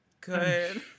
Good